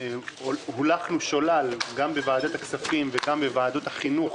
הולכנו שולל בוועדת הכספים ובוועדת החינוך